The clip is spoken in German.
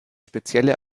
spezielle